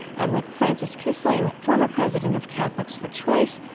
i'm with frances kissling, former president of catholics for choice,